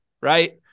right